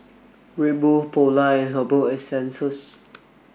Red Bull Polar and Herbal Essences